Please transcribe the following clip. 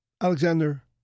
Alexander